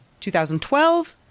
2012